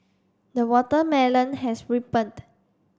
the watermelon has ripened